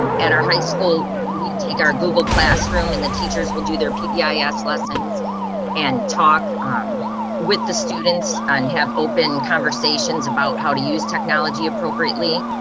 um at our high school we take our google classroom and the teachers will do their pbs yeah yeah lessons and talk um with the students and have open conversations about how to use technology appropriately.